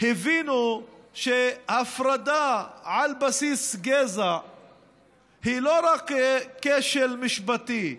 הבינו שהפרדה על בסיס גזע היא לא רק כשל משפטי,